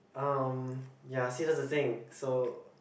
um ya see that's the thing so